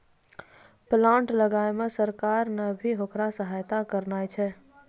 plant लगाय मॅ सरकार नॅ भी होकरा सहायता करनॅ छै